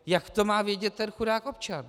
Jak to má vědět ten chudák občan?